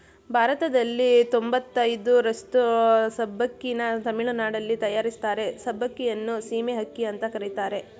ಭಾರತದಲ್ಲಿ ತೊಂಬತಯ್ದರಷ್ಟು ಸಬ್ಬಕ್ಕಿನ ತಮಿಳುನಾಡಲ್ಲಿ ತಯಾರಿಸ್ತಾರೆ ಸಬ್ಬಕ್ಕಿಯನ್ನು ಸೀಮೆ ಅಕ್ಕಿ ಅಂತ ಕರೀತಾರೆ